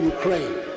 Ukraine